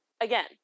again